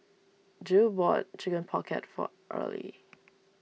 Gil bought Chicken Pocket for Erle